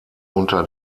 unter